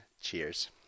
cheers